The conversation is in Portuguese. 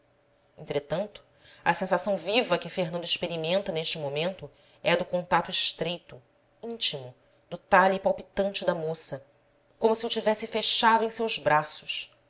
entretanto a sensação viva que fernando experimenta neste momento é a do contato estreito íntimo do talhe palpitante da moça como se o tivesse fechado em seus braços